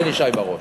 בן ישי בראש.